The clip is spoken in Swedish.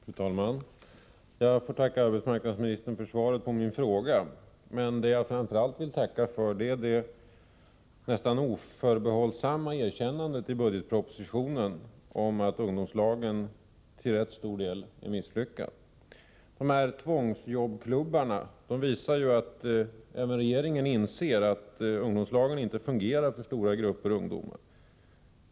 Torsdagen den Fru talman! Jag får tacka arbetsmarknadsministern för svaret på min fråga. 31 januari 1985 Men det jag framför allt vill tacka för är det nästan oförbehållsamma erkännandet i budgetpropositionen om att ungdomslagen till rätt stor del är misslyckad. Inrättandet av tvångsjobbklubbarna visar ju att även regeringen domslag inser att ungdomslagen inte fungerar för stora grupper ungdomar.